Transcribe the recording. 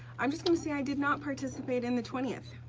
i'm just gonna say i did not participate in the twentieth.